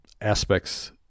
aspects